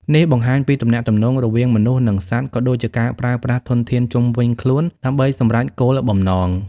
នេះបង្ហាញពីទំនាក់ទំនងរវាងមនុស្សនិងសត្វ ក៏ដូចជាការប្រើប្រាស់ធនធានជុំវិញខ្លួនដើម្បីសម្រេចគោលបំណង។